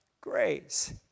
grace